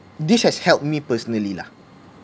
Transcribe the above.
this has helped me personally lah